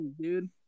dude